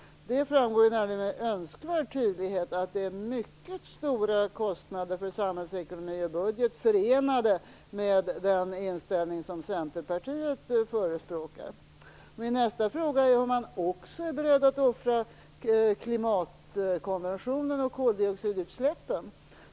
Det framgår nämligen med önskvärd tydlighet att det är mycket stora kostnader för samhällsekonomin och budgeten förenade med den inställning som Centerpartiet förespråkar. Min andra fråga är om Per-Ola Eriksson också är beredd att offra klimatkonventionen och koldioxidutsläppen.